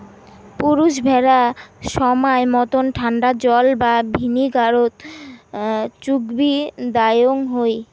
পুরুষ ভ্যাড়া সমায় মতন ঠান্ডা জল বা ভিনিগারত চুগবি দ্যাওয়ং হই